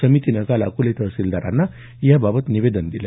समितीनं काल अकोले तहसीलदारांना याबाबत निवेदन दिलं